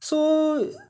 so